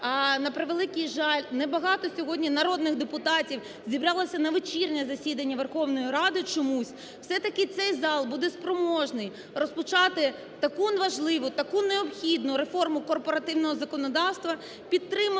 на превеликий жаль, небагато сьогодні народних депутатів зібралося на вечірнє засідання Верховної Ради чомусь, все-таки цей зал буде спроможний розпочати таку важливу, таку необхідну реформу корпоративного законодавства, підтримає